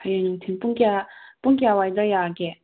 ꯍꯌꯦꯡ ꯅꯨꯡꯊꯤꯜ ꯄꯨꯡ ꯀꯌꯥ ꯄꯨꯡ ꯀꯌꯥꯋꯥꯏꯗ ꯌꯥꯒꯦ